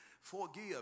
forgive